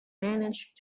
managed